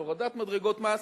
הורדת מדרגות מס,